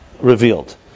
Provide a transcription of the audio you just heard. revealed